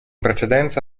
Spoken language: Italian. precedenza